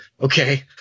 Okay